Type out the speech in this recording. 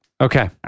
Okay